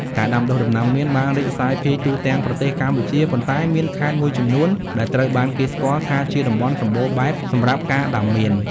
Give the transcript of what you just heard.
ការដាំដុះដំណាំមៀនបានរីកសាយភាយទូទាំងប្រទេសកម្ពុជា ប៉ុន្តែមានខេត្តមួយចំនួនដែលត្រូវបានគេស្គាល់ថាជាតំបន់សម្បូរបែបសម្រាប់ការដាំមៀន។